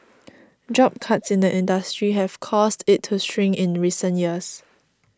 job cuts in the industry have caused it to shrink in recent years